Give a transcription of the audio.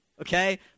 Okay